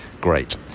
Great